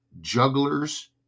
jugglers